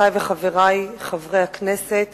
חברותי וחברי חברי הכנסת,